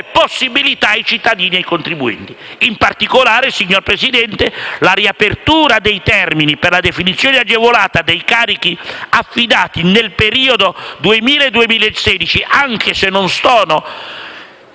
possibilità per i cittadini e i contribuenti. In particolare, signor Presidente, la riapertura dei termini per la definizione agevolata dei carichi affidati nel periodo 2000-2016, anche se non sono